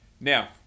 Now